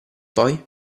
poi